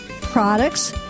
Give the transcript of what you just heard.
products